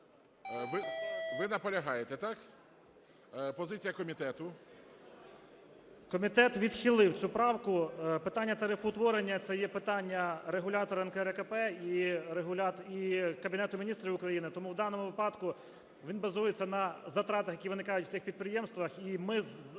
Ви наполягаєте, так? Позиція комітету. 18:06:44 ГЕРУС А.М. Комітет відхилив цю правку. Питання тарифоутворення – це є питання регулятора НКРЕКП і Кабінету Міністрів України. Тому в даному випадку він базується на затратах, які виникають в тих підприємствах,